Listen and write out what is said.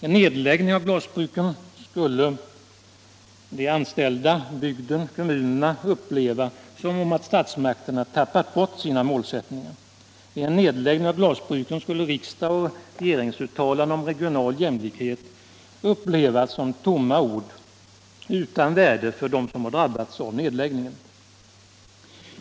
En nedläggning av glasbruken skulle de anställda, bygden och kommunerna uppleva som att statsmakterna hade tappat bort sina målsättningar. Vid en nedläggning av glasbruken skulle riksdagens och regeringens uttalanden om regional jämlikhet upplevas som tomma ord utan värde för dem som drabbats av nedläggningen.